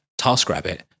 TaskRabbit